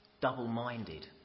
double-minded